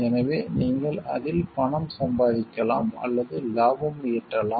எனவே நீங்கள் அதில் பணம் சம்பாதிக்கலாம் அல்லது லாபம் ஈட்டலாம்